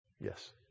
Yes